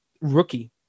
rookie